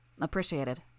Appreciated